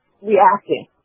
reacting